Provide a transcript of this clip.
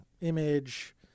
image